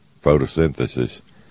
photosynthesis